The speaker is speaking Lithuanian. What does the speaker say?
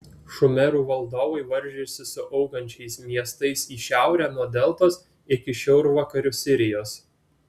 šumerų valdovai varžėsi su augančiais miestais į šiaurę nuo deltos iki šiaurvakarių sirijos